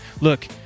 Look